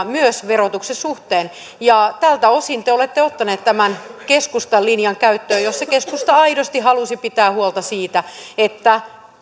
myös verotuksen suhteen tältä osin te olette ottaneet tämän keskustan linjan käyttöön jossa keskusta aidosti halusi pitää huolta siitä että